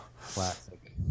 classic